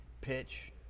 pitch